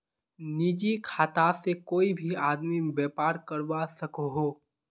निजी खाता से कोए भी आदमी व्यापार करवा सकोहो